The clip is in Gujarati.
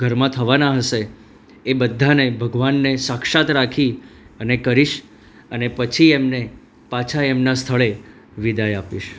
ઘરમાં થવાના હશે એ બધાને ભગવાનને સાક્ષાત રાખી અને કરીશ અને પછી એમને પાછા એમના સ્થળે વિદાય આપીશ